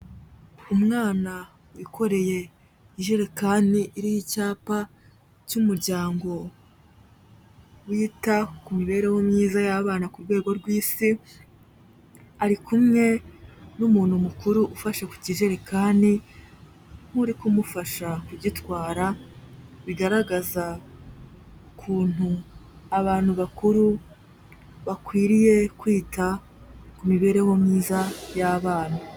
Umwana wikoreye ijerekani iriho icyapa cy'umuryango wita ku mibereho myiza y'abana ku rwego rw'isi, ari kumwe n'umuntu mukuru ufase ku kijerekani nk'uri kumufasha kugitwara bigaragaza ukuntu abantu bakuru bakwiriye kwita ku mibereho myiza y'abana.